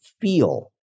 feel